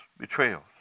Betrayals